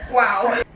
wow.